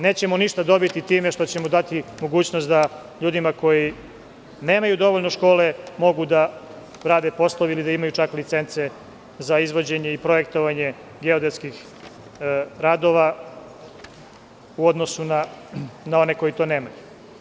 Nećemo ništa dobiti time što ćemo dati mogućnost da ljudima koji nemaju dovoljno škole mogu da rade poslove ili da imaju čak licence za izvođenje i projektovanje geodetskih radova u odnosu na one koji to nemaju.